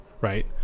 Right